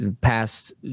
past